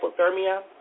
hypothermia